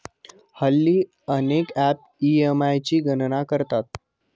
हल्ली अनेक apps EMI ची गणना करतात